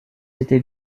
était